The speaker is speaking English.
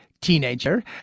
teenager